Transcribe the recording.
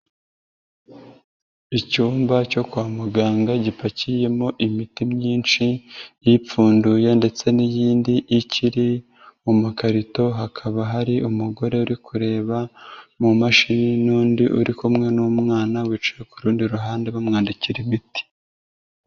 Icyumba cyo kwa muganga gipakiyemo imiti myinshi, ipfunduye ndetse n'iyindi ikiri mu makarito hakaba hari umugore uri kureba mu mashini n'undi uri kumwe n'umwana wicaye ku rundi ruhande bamwandikira imiti.